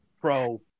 pro